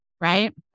right